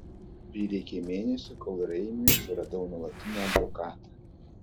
prireikė mėnesio kol raimiui suradau nuolatinį advokatą